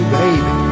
baby